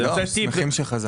לא, שמחים שחזרת.